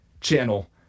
channel